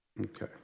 Okay